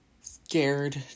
scared